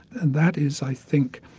and that is i think,